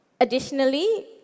Additionally